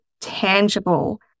tangible